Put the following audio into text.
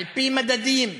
על-פי מדדים,